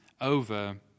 over